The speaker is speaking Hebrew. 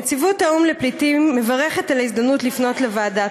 נציבות האו"ם לפליטים מברכת על ההזדמנות לפנות לוועדה,